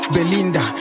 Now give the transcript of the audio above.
Belinda